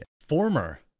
Former